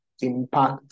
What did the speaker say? impact